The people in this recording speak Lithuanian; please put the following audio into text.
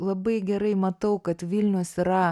labai gerai matau kad vilnius yra